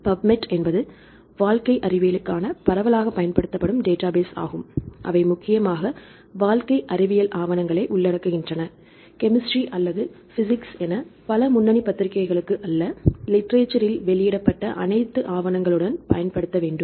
பப்மேட் என்பது வாழ்க்கை அறிவியலுக்கான பரவலாகப் பயன்படுத்தப்படும் டேட்டாபேஸ் ஆகும் அவை முக்கியமாக வாழ்க்கை அறிவியல் ஆவணங்களை உள்ளடக்குகின்றன கெமிஸ்ட்ரி அல்லது பிஸிக்ஸ் என பல முன்னணி பத்திரிகைகளுக்கு அல்ல லிட்ரேசரில் வெளியிடப்பட்ட அனைத்து ஆவணங்களுடன் பயன்படுத்த வேண்டும்